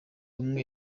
umwe